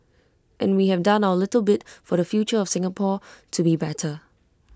and we have done our little bit for the future of Singapore to be better